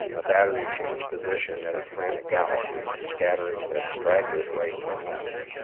a battery changing position at a frantic gallop scattered the stragglers right and left.